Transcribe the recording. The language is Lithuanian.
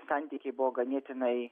santykiai buvo ganėtinai